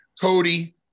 Cody